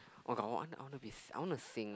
oh god I want I want to be I want to sing